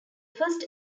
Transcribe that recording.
first